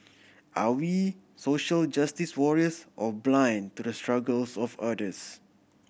are we social justice warriors or blind to the struggles of others